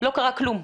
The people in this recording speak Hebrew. לא קרה כלום?